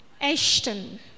Ashton